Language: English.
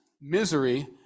misery